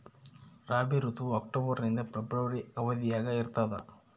ರಾಬಿ ಋತುವು ಅಕ್ಟೋಬರ್ ನಿಂದ ಫೆಬ್ರವರಿ ಅವಧಿಯಾಗ ಇರ್ತದ